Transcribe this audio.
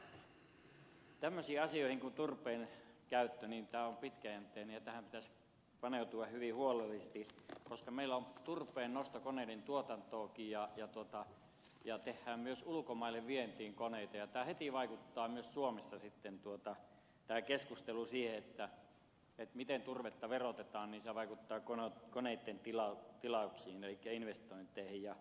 tämmöiset asiat kuin turpeen käyttö ovat pitkäjänteisiä ja tähän pitäisi paneutua hyvin huolellisesti koska meillä on turpeennostokoneiden tuotantoakin ja tehdään myös ulkomaille vientiin koneita ja tämä keskustelu vaikuttaa heti myös suomessa sitten siihen miten turvetta verotetaan ja se vaikuttaa koneitten tilauksiin elikkä investointeihin